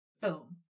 Boom